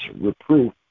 reproof